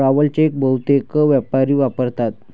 travel cheque बहुतेक व्यापारी वापरतात